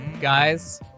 Guys